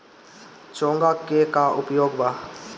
चोंगा के का उपयोग बा?